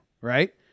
right